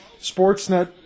Sportsnet